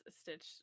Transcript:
Stitch